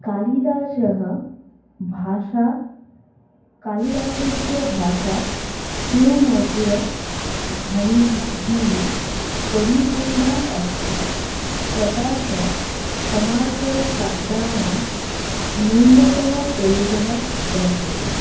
कालिदासः भाषा कालिदासस्य भाषा सुमधुरध्वनिभिः परिपूर्णा अस्ति तथा च समासशब्दाणां न्यूनतमप्रयोगः वर्तते